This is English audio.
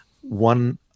One